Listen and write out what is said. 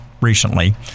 recently